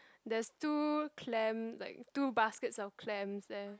there's two clam like two baskets of clams there